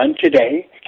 today